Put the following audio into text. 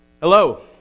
Hello